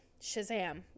shazam